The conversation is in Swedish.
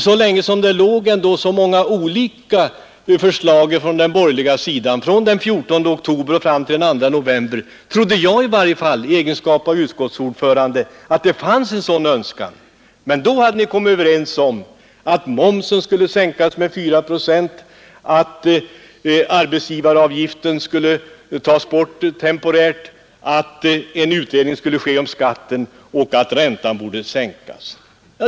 Så länge som det förelåg så många olika förslag från den borgerliga sidan trodde jag i egenskap av utskottets ordförande att det fanns en sådan önskan, men ni hade kommit överens om att momsen skulle sänkas med fyra procent, att arbetsgivaravgiften skulle tas bort temporärt, att en utredning skulle ske om skatten och att räntan borde sänkas.